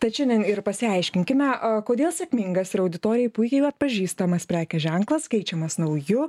tad šiandien ir pasiaiškinkime kodėl sėkmingas ir auditorijai puikiai atpažįstamas prekės ženklas keičiamas nauju